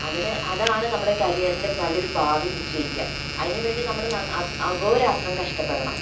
അതിന് അതാണ് നമ്മുടെ കരിയറിൻ്റെ നല്ലൊരു ഭാവി നിശ്ചയിക്കുക അതിനുവേണ്ടി നമ്മൾ അഹോരാത്രം കഷ്ടപ്പെടണം